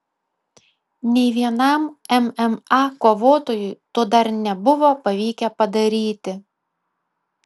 nei vienam mma kovotojui to dar nebuvo pavykę padaryti